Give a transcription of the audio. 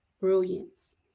brilliance